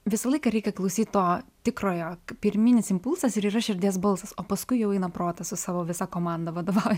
visą laiką reikia klausyt to tikrojo pirminis impulsas ir yra širdies balsas o paskui jau eina protas su savo visa komanda vadovauja